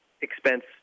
expense